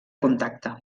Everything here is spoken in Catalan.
contacte